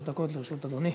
שלוש דקות לרשות אדוני.